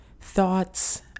thoughts